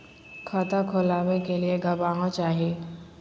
खाता खोलाबे के लिए गवाहों चाही?